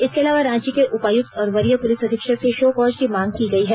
इसके अलावा रांची के उपायुक्त और वरीय पुलिस अधीक्षक से शो कॉज की मांग की गयी है